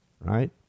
right